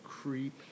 Creep